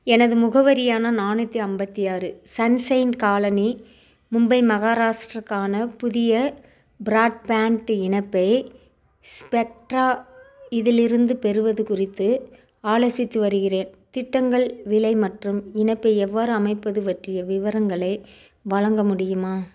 எனது முகவரியான நானூற்று ஐம்பத்தி ஆறு சன்ஷைன் காலனி மும்பை மகாராஷ்ட்ராக்கான புதிய பிராட்பேண்ட் இணைப்பை ஸ்பெக்ட்ரா இதிலிருந்து பெறுவது குறித்து ஆலோசித்து வருகிறேன் திட்டங்கள் விலை மற்றும் இணைப்பை எவ்வாறு அமைப்பது பற்றிய விவரங்களை வழங்க முடியுமா